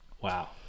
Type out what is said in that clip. Wow